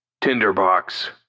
Tinderbox